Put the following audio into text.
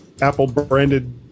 Apple-branded